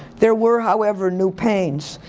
there were however new pains.